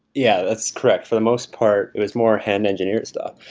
yeah, that's correct. for the most part it was more hand-engineering stuff.